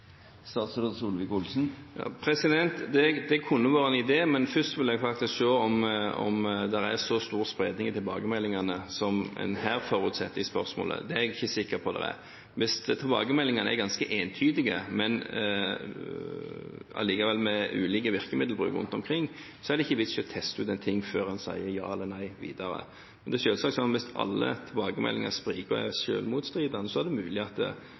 Det kunne vært en idé, men først vil jeg faktisk se om det er så stor spredning i tilbakemeldingene som man forutsetter i dette spørsmålet. Jeg er ikke sikker på at det er det. Hvis tilbakemeldingene er ganske entydige, men likevel med ulik virkemiddelbruk rundt omkring, er det ikke noen vits i å teste ut en ting før en sier ja eller nei videre. Det er selvsagt sånn at hvis alle tilbakemeldingene spriker og er motstridende, er det mulig at vi bør gjøre det